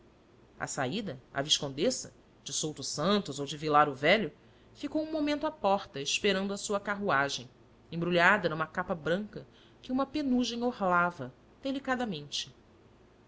à saída a viscondessa de souto santos ou de vilar o velho ficou um momento à porta esperando a sua carruagem embrulhada numa capa branca que uma penugem orlava delicadamente